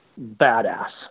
badass